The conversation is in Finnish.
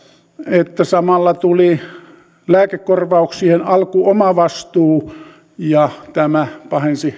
että samalla tuli lääkekorvauksien alkuomavastuu ja tämä pahensi